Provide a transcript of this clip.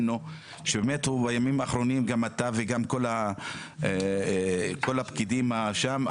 בימים האחרונים אתה וגם כל הפקידים שם,